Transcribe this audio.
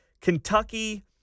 Kentucky